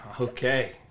Okay